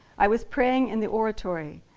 i was praying in the oratory.